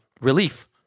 relief